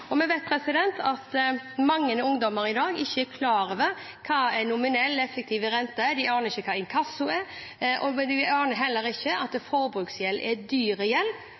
situasjon. Vi vet at mange ungdommer i dag ikke er klar over hva nominell rente og effektiv rente er. De aner ikke hva inkasso er. De aner heller ikke at forbruksgjeld er dyr gjeld,